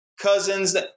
Cousins